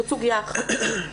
זו סוגיה אחת.